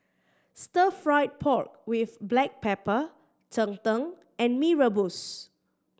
Stir Fried Pork With Black Pepper cheng tng and Mee Rebus